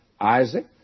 Isaac